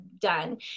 done